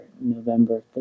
November